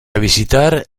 visitar